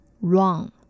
wrong